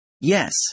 Yes